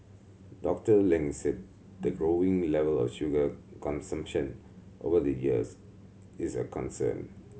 Doctor Ling said the growing level of sugar consumption over the years is a concern